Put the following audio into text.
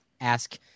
ask